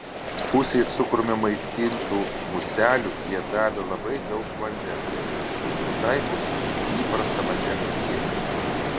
pusei cukrumi maitintų muselių jie davė labai daug vandens kitai pusei įprastą vandens kiekį